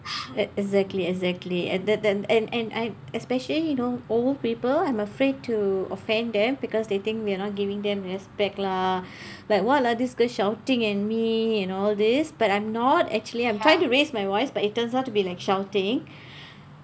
exactly exactly and that and and and especially you know old people I'm afraid to offend them because they think we're not giving them respect lah like what lah this girl shouting at me and all this but I'm not actually I'm trying to raise my voice but it turns out to be like shouting